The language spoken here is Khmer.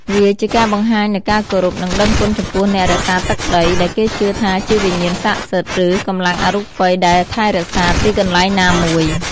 វាជាការបង្ហាញនូវការគោរព និងដឹងគុណចំពោះអ្នករក្សាទឹកដី ដែលគេជឿថាជាវិញ្ញាណស័ក្តិសិទ្ធិ ឬកម្លាំងអរូបិយដែលថែរក្សាទីកន្លែងណាមួយ។